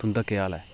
तुंदा केह् हाल ऐ